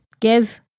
give